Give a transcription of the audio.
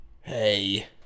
Hey